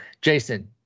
Jason